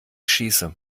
schieße